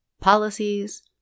policies